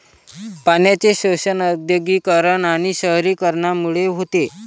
पाण्याचे शोषण औद्योगिकीकरण आणि शहरीकरणामुळे होते